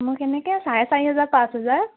মোক এনেকৈ চাৰে চাৰি হেজাৰ পাঁচ হেজাৰ